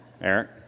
Eric